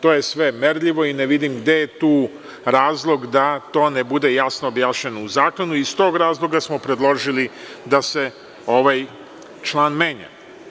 To je sve merljivo i ne vidim gde je tu razlog da to ne bude jasno objašnjeno u zakonu iz tog razloga smo predložili da se ovaj član menja.